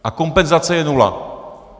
A kompenzace je nula.